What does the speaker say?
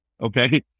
okay